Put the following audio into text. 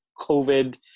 COVID